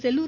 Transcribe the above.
Sellur